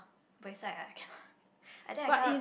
buay sai ah cannot I think I cannot